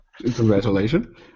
Congratulations